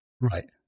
Right